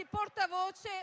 portavoce